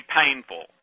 painful